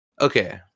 okay